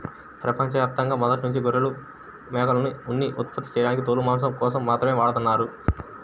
ప్రపంచ యాప్తంగా మొదట్నుంచే గొర్రెలు, మేకల్నుంచి ఉన్ని ఉత్పత్తి చేయడానికి తోలు, మాంసం కోసం మాత్రమే వాడతన్నారు